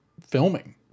filming